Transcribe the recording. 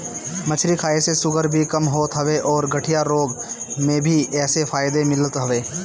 मछरी खाए से शुगर भी कम होत हवे अउरी गठिया रोग में भी एसे फायदा मिलत हवे